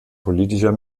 politischer